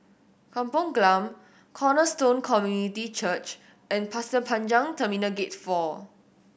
Kampung Glam Cornerstone Community Church and Pasir Panjang Terminal Gate Four